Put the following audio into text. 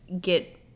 get